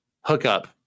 hookup